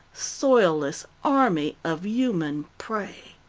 soilless army of human prey.